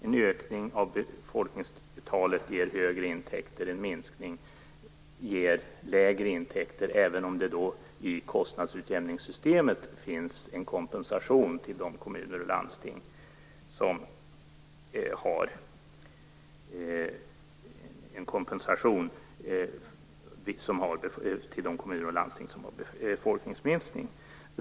En ökning av befolkningstalet ger högre intäkter och en minskning ger lägre intäkter, även om det i kostnadsutjämningssystemet finns en kompensation till de kommuner och landsting som har en befolkningsminskning.